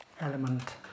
element